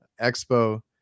expo